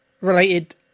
related